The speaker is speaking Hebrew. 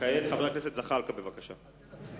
חבר הכנסת זחאלקה, בבקשה.